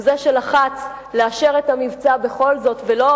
הוא זה שלחץ לאשר את המבצע בכל זאת ולא